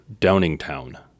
Downingtown